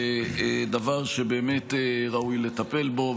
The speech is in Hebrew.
זה דבר שראוי לטפל בו.